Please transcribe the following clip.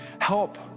help